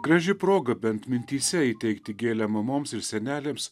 graži proga bent mintyse įteikti gėlę mamoms ir senelėms